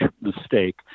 mistake